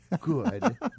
good